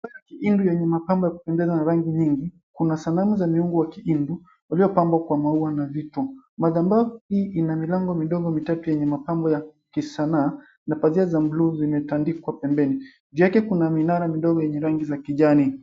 Ya kihindu yenye mapambo ya kupendeza na rangi nyingi. Kuna sanamu za miungu wa kiindu, waliopambwa kwa maua na vitu. Madhabahu hii ina milango midogo mitatu yenye mapambo ya kisanaa na pazia za buluu zimeandikwa pembeni. Juu yake kuna minara midogo yenye rangi za kijani.